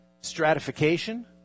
stratification